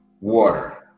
water